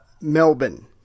Melbourne